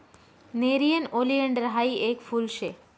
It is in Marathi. नेरीयन ओलीएंडर हायी येक फुल शे